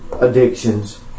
addictions